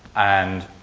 and